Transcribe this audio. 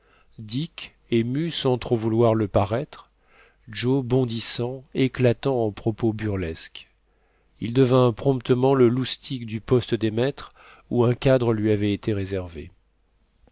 dick ému sans trop vouloir le paraître joe bondissant éclatant en propos burlesques il devint promptement le loustic du poste des maîtres où un cadre lui avait été réservé